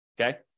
okay